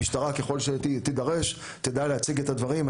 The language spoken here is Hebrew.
המשטרה, ככל שהיא תידרש, תדע להציג את הדברים.